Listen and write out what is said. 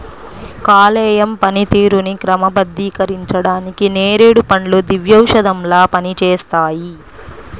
కాలేయం పనితీరుని క్రమబద్ధీకరించడానికి నేరేడు పండ్లు దివ్యౌషధంలా పనిచేస్తాయి